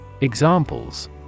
Examples